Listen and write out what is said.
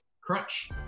Crunch